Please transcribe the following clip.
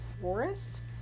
forest